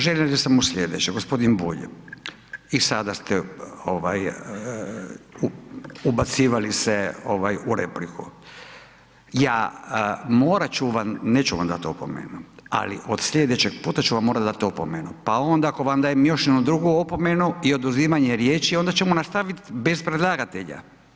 Želim samo sljedeće, gospodin Bulj, i sada ste, ovaj ubacivali se, ovaj u repliku, ja morat ću vam, neću vam dati opomenu, ali od sljedećeg puta ću vam morati dati opomenu, pa onda ako vam dajem još jednu drugu opomenu i oduzimanje riječi, onda ćemo nastaviti bez predlagatelja.